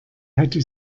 hätte